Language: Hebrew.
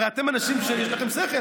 הרי אתם אנשים שיש להם שכל.